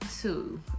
two